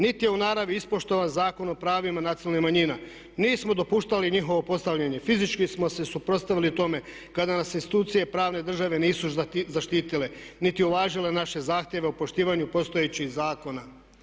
Niti je u naravi ispoštovan Zakon o pravima nacionalnih manjina, nismo dopuštali njihovo postavljanje, fizički smo se suprotstavili tome kada nas institucije pravne države nisu zaštitile niti uvažile naše zahtjeve o poštivanju postojećih zakona.